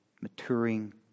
maturing